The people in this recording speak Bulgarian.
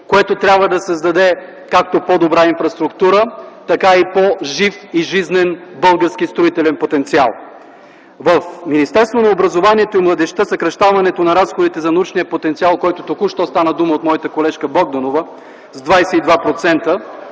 което трябва да създаде както по-добра инфраструктура, така и по-жив и жизнен български строителен потенциал. В Министерството на образованието и младежта съкращаването на разходите за научния потенциал, за който току-що стана дума от моята колежка Богданова с 22%,